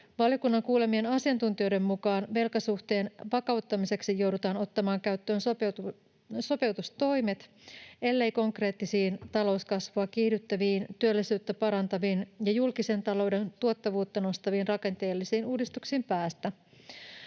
Valiokunnan kuulemien asiantuntijoiden mukaan velkasuhteen vakauttamiseksi joudutaan ottamaan käyttöön sopeutustoimet, ellei konkreettisiin talouskasvua kiihdyttäviin, työllisyyttä parantaviin ja julkisen talouden tuottavuutta nostaviin rakenteellisiin uudistuksiin päästä.